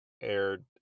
aired